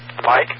Mike